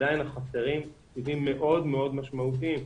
עדיין חסרים תקציבים מאוד מאוד משמעותיים.